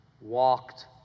walked